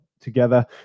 together